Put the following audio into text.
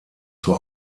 zur